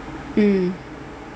mm